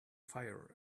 fire